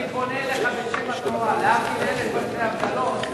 אני פונה אליך בשם התורה, להבדיל אלף אלפי הבדלות.